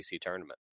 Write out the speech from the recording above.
tournament